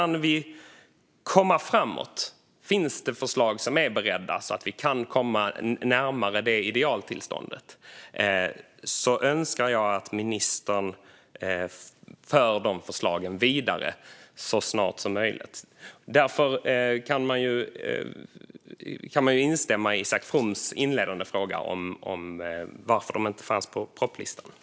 Om vi kan komma framåt och det finns förslag som är beredda så att vi kan komma närmare idealtillståndet önskar jag att ministern för de förslagen vidare så snart som möjligt. Man kan instämma i Isak Froms inledande fråga om varför de inte fanns på propositionslistan.